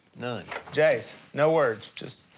none. jase, no words. just.